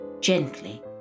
Gently